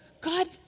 God